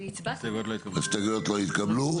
ההסתייגויות לא התקבלו.